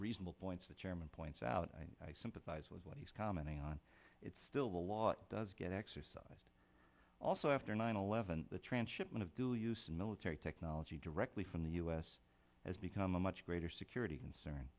reasonable points the chairman points out i sympathize with what he's commenting on it's still a lot does get exercised also after nine eleven the transshipment of dual use military technology directly from the us has become a much greater security concern